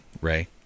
Ray